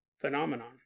phenomenon